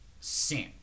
sin